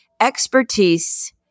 expertise